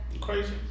Crazy